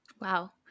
Wow